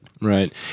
Right